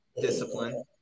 Discipline